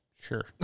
Sure